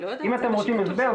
אם אתם רוצים הסבר,